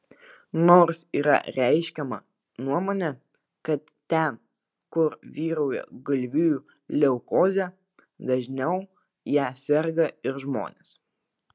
nors yra reiškiama nuomonė kad ten kur vyrauja galvijų leukozė dažniau ja serga ir žmonės